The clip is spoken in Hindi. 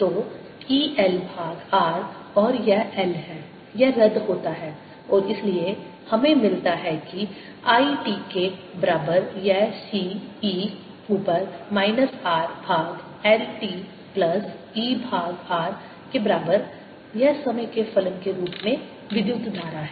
तो E L भाग R और यह L है यह रद्द होता है और इसलिए हमें मिलता है कि I t के बराबर यह C e ऊपर माइनस R भाग L t प्लस E भाग R के बराबर यह समय के फलन के रूप में विद्युत धारा है